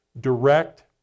direct